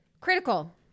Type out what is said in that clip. Critical